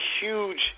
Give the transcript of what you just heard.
huge